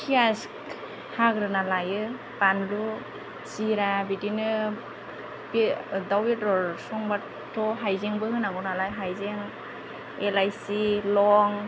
प्यास हाग्रोना लायो बानलु जिरा बिदिनो दाउ बेदर संब्लाथ' हाइजेंबो हानांगौ नालाय हाइजें इलाइसि लं